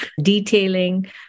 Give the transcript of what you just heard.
detailing